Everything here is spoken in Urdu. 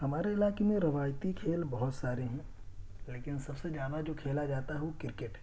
ہمارے علاقے میں روایتی کھیل بہت سارے ہیں لیکن سب سے زیادہ جو کھیلا جاتا ہے وہ کرکٹ ہے